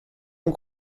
von